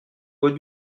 bois